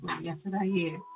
yesterday